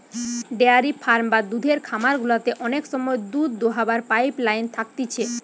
dairy farm বা দুধের খামার গুলাতে অনেক সময় দুধ দোহাবার পাইপ লাইন থাকতিছে